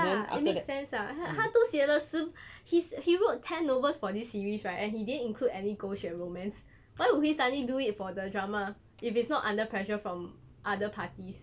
ya it makes sense ah 他都写了十 he wrote ten novels for this series right and he didn't include any 狗血 romance why would he suddenly do it for the drama if it's not under pressure from other parties